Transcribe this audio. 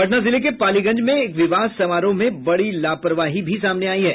पटना जिले के पालीगंज में एक विवाह समारोह में बड़ी लापरवाही सामने आयी है